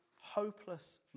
hopeless